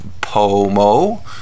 pomo